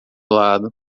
lado